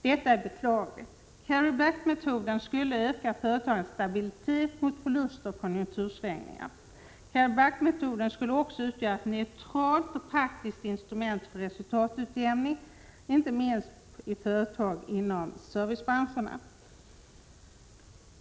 Detta är beklagligt. Carry back-metoden skulle öka företagens stabilitet mot förluster och konjunktursvängningar. Carry backmetoden skulle också utgöra ett neutralt och praktiskt instrument för resultatutjämning, inte minst i företag inom servicebranscherna.